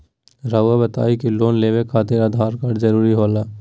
रौआ बताई की लोन लेवे खातिर आधार कार्ड जरूरी होला?